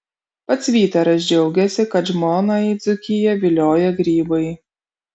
pats vytaras džiaugiasi kad žmoną į dzūkiją vilioja grybai